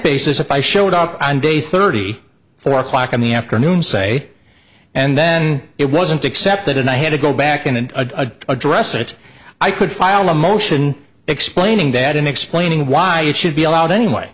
basis if i showed up on day thirty four o'clock in the afternoon say and then it wasn't accepted and i had to go back in and a address that i could file a motion explaining that in explaining why it should be allowed anyway